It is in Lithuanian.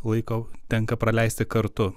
laiko tenka praleisti kartu